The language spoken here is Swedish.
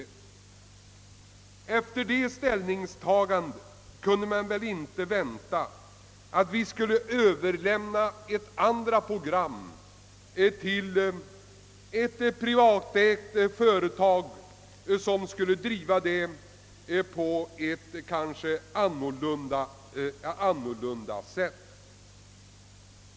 Efter detta riksdagens ställningstagande kunde man väl inte vänta att vi skulle överlämna ett andra program till ett privatägt företag som kanske skulle driva det annorlunda.